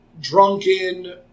drunken